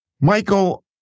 Michael